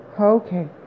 okay